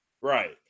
Right